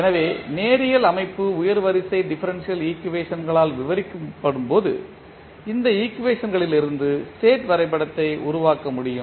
எனவே நேரியல் அமைப்பு உயர் வரிசை டிஃபரன்ஷியல் ஈக்குவேஷன்களால் விவரிக்கப்படும்போது இந்த ஈக்குவேஷன்களிலிருந்து ஸ்டேட் வரைபடத்தை உருவாக்க முடியும்